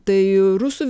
tai rusų